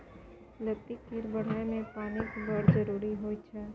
लत्ती केर बढ़य मे पानिक बड़ जरुरी होइ छै